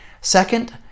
Second